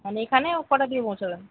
মানে এখানে ও কটার দিকে পৌঁছাবেন